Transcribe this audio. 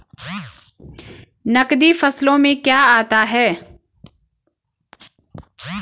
नकदी फसलों में क्या आता है?